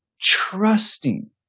Trusting